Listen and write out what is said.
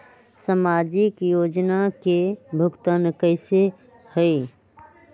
समाजिक योजना के भुगतान कैसे होई?